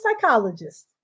psychologist